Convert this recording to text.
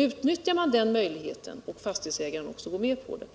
Utnyttjar man den möjligheten — och fastighetsägaren går med på det